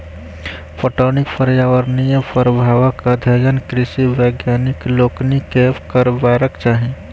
पटौनीक पर्यावरणीय प्रभावक अध्ययन कृषि वैज्ञानिक लोकनि के करबाक चाही